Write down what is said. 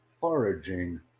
foraging